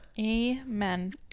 Amen